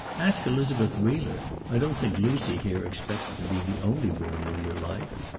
ask elizabeth wheeler. i don't think lucy here expects to be the only woman in your life.